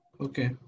Okay